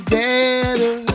better